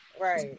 Right